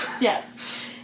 yes